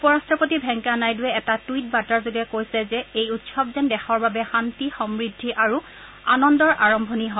উপৰাট্টপতি ভেঙ্কেয়া নাইডুয়ে এটা টুইট বাৰ্তাযোগে কৈছে যে এই উৎসৱ যেন দেশৰ বাবে শান্তি সমূদ্ধি আৰু আনন্দৰ আৰম্ভণি হয়